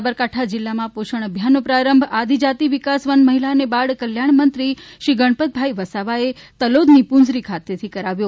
સાબરકાંઠા જિલ્લામાં પોષણ અભિયાનનો પ્રારંભ આદિજાતિ વિકાસ વન મહિલા અને બાળ કલ્યાણ મંત્રીશ્રી ગણપતભાઈ વસાવાએ તલોદની પુંસરી ખાતે કરાવ્યો